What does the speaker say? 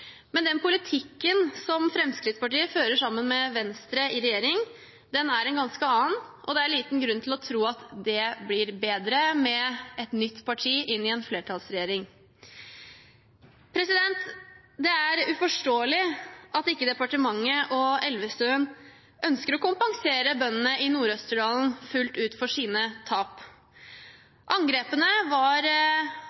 Men den politikken som Fremskrittspartiet fører sammen med Venstre i regjering, den er en ganske annen, og det er liten grunn til å tro at det blir bedre med et nytt parti inn i en flertallsregjering. Det er uforståelig at ikke departementet og Elvestuen ønsker å kompensere bøndene i Nord-Østerdalen fullt ut for sine tap.